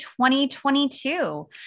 2022